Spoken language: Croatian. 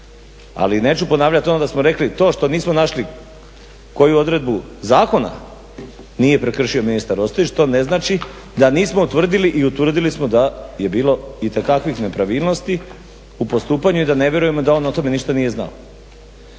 Ali, neću ponavljati ono da smo rekli to što nismo našli koju odredbu zakona nije prekršio ministar Ostojić to ne znači da nismo utvrdili i utvrdili smo da je bilo itekakvih nepravilnosti u postupanju i da ne vjerujemo da on o tome ništa nije znao.